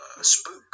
spook